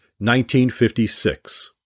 1956